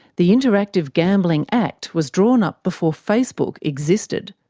the interactive gambling act was drawn up before facebook existed.